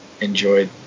enjoyed